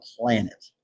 planet